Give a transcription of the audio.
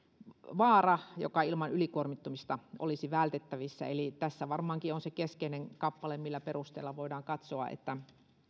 vaara joka ilman ylikuormittumista olisi vältettävissä eli tässä varmaankin on se keskeinen kappale minkä perusteella voidaan katsoa että